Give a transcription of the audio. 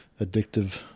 addictive